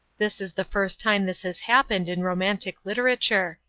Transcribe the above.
this is the first time this has happened in romantic literature.